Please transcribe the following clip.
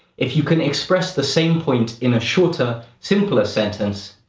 if you can express the same point in a shorter, simpler sentence,